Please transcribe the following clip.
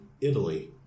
Italy